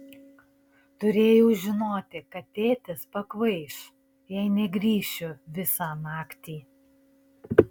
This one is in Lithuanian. turėjau žinoti kad tėtis pakvaiš jei negrįšiu visą naktį